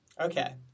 Okay